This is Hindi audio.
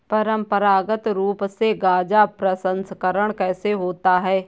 परंपरागत रूप से गाजा प्रसंस्करण कैसे होता है?